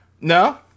No